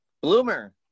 bloomer